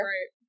Right